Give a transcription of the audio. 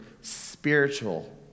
spiritual